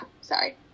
sorry